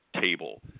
table